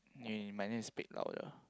you might need to speak louder